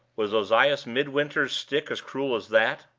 was ozias midwinter's stick as cruel as that?